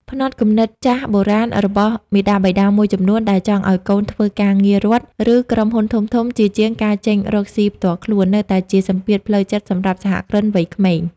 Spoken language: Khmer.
ផ្នត់គំនិតចាស់បុរាណរបស់មាតាបិតាមួយចំនួនដែលចង់ឱ្យកូនធ្វើការងាររដ្ឋ ឬក្រុមហ៊ុនធំៗ ជាជាងការចេញរកស៊ីផ្ទាល់ខ្លួន នៅតែជាសម្ពាធផ្លូវចិត្តសម្រាប់សហគ្រិនវ័យក្មេង។